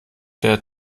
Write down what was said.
der